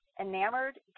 enamored